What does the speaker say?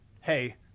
hey